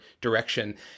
direction